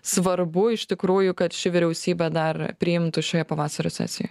svarbu iš tikrųjų kad ši vyriausybė dar priimtų šioje pavasario sesijoj